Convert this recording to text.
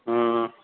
हा